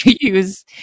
use